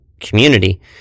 community